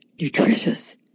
nutritious